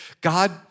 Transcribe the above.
God